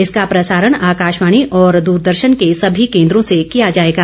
इसका प्रसारण आकाशवाणी और द्रदर्शन के सभी केन्द्रों से किया जाएगा